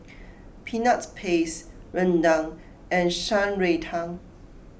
Peanut Paste Rendang and Shan Rui Tang